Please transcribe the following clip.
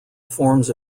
forms